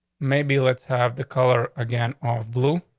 maybe let's have the color again off blue.